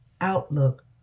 outlook